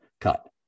cut